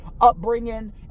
upbringing